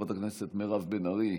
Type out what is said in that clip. חברת הכנסת מירב בן ארי,